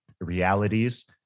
realities